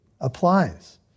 applies